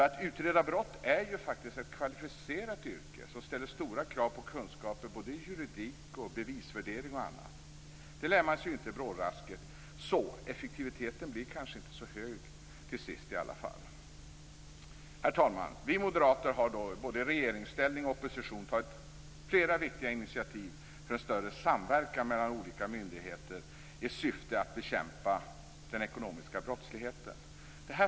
Att utreda brott är nämligen ett kvalificerat yrke, som ställer stora krav på kunskaper i juridik, bevisvärdering och annat. Det lär man sig inte i brådrasket. Så effektiviteten blir kanske inte så hög till sist i alla fall. Herr talman! Vi moderater har både i regeringsställning och i opposition tagit flera viktiga initiativ för en större samverkan mellan olika myndigheter i syfte att bekämpa den ekonomiska brottsligheten.